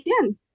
again